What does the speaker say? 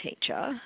teacher